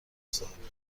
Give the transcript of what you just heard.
صاحبخونه